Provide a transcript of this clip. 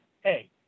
hey